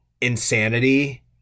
insanity